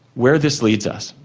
where this leads us,